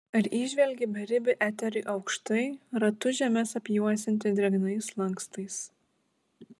ar įžvelgi beribį eterį aukštai ratu žemes apjuosiantį drėgnais lankstais